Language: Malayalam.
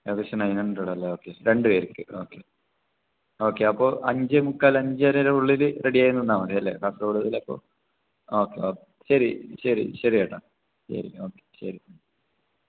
ഏകദേശം നയൺ ഹൺഡ്രഡ് അല്ലേ ഓക്കേ രണ്ട് പേർക്ക് ഓക്കെ ഓക്കെ അപ്പോൾ അഞ്ചെ മുക്കാൽ അഞ്ച്രേര ഉള്ളിൽ റെഡിയായി നിന്നാൽ മതിയല്ലേ കാസർഗോടിലപ്പോൾ ഓക്കേ ഓക്കേ ശരി ശരി ശരി ചേട്ടാ ശരി ഓക്കേ ശരി